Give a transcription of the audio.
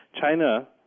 China